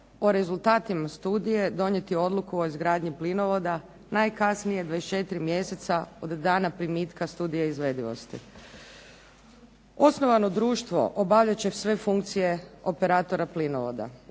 o rezultatima studije donijeti odluku o izgradnji plinovoda najkasnije 24 mjeseca od dana primitka studije izvedivosti. Osnovano društvo obavljat će sve funkcije operatora plinovoda.